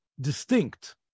distinct